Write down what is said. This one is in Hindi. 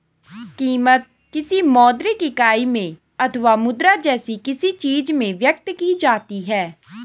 कीमत, किसी मौद्रिक इकाई में अथवा मुद्रा जैसी किसी चीज में व्यक्त की जाती है